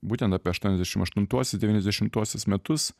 būtent apie aštuoniasdešimt aštuntuosius devyniasdešimtuosius metus